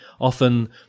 often